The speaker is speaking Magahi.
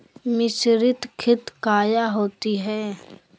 मिसरीत खित काया होती है?